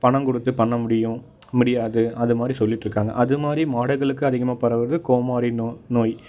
பணம் கொடுத்துப் பண்ண முடியும் முடியாது அது மாதிரி சொல்லிட்டுருக்காங்க அது மாதிரி மாடுகளுக்கு அதிகமாக பரவுறது கோமாரி நோ நோய்